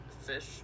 fish